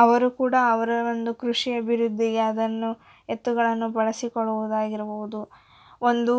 ಅವರು ಕೂಡ ಅವರ ಒಂದು ಕೃಷಿ ಅಭಿವೃದ್ಧಿಗೆ ಅದನ್ನು ಎತ್ತುಗಳನ್ನು ಬಳಸಿಕೊಳ್ಳುವುದಾಗಿರ್ಬೋದು ಒಂದು